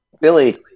Billy